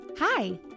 Hi